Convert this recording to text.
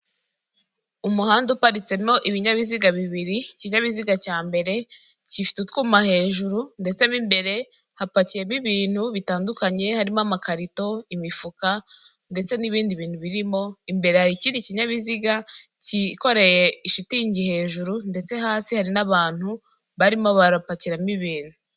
Umuhanda uparitsemo ibinyabiziga bibiri, ikinyabiziga cya mbere gifite utwuma hejuru ndetse mo imbere hapakiyemo ibintu bitandukanye harimo; amakarito, imifuka ndetse n'ibindi bintu birimo imbere ikindi kinyabiziga cyikoreye shitingi hejuru ndetse hasi hari n'abantu barimo barapakiramo ibintu.